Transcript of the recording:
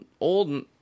old